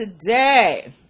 today